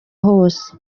hose